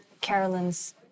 Carolyn's